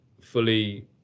fully